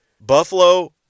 Buffalo